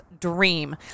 dream